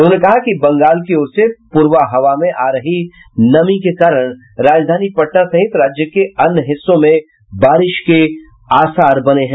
उन्होंने कहा कि बंगाल की ओर से पूर्वा हवा में आ रही नमी के कारण राजधानी पटना सहित राज्य के अन्य हिस्सों में बारिश के लक्षण बने हैं